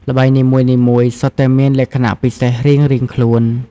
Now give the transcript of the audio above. ល្បែងនីមួយៗសុទ្ធតែមានលក្ខណៈពិសេសរៀងៗខ្លួន។